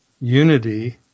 Unity